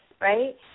right